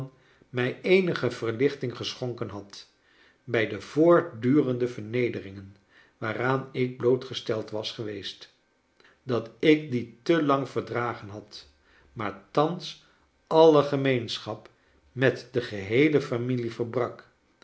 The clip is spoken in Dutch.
mij eenige verlichting geschonken had bij de voortdurende vernederingen waaraan ik blootgesteld was geweest dat ik die te lang verdragen had maar thans alle gemeenschap met de geheele familio verbrak